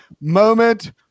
moment